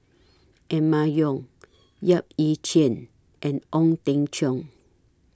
Emma Yong Yap Ee Chian and Ong Teng Cheong